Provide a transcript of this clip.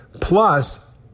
plus